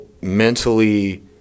mentally